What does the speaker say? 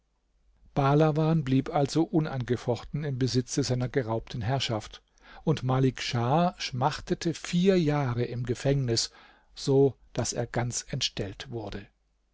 bahlawan blieb also unangefochten im besitze seiner geraubten herrschaft und malik schah schmachtete vier jahre im gefängnis so daß er ganz entstellt wurde